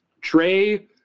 Trey